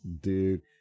Dude